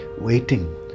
waiting